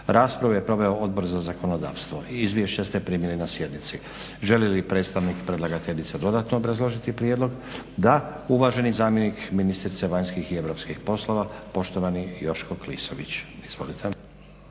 Raspravu je proveo Odbor za zakonodavstvo. Izvješća ste primili na sjednici. Želi li predstavnik predlagateljice dodatno obrazložiti prijedlog? Da. Uvaženi zamjenik ministrice vanjskih i europskih poslova poštovani Joško Klisović. Izvolite.